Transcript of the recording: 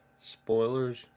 spoilers